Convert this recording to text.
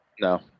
No